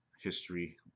history